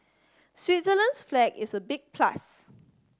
Switzerland's flag is a big plus